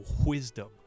wisdom